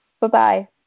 Bye-bye